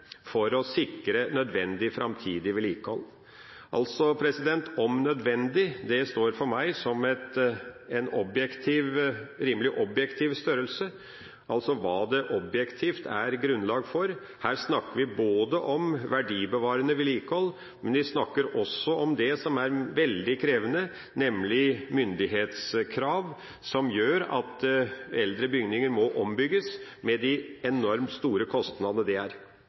for å sikre nødvendig framtidig vedlikehold. «Om nødvendig» står for meg som en rimelig objektiv størrelse – hva det objektivt er grunnlag for. Her snakker vi både om verdibevarende vedlikehold og også om det som er veldig krevende, nemlig myndighetskrav som gjør at eldre bygninger må ombygges med de enormt store kostnadene det krever. Det er